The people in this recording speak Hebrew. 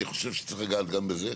אני חושב שצריך לגעת גם בזה.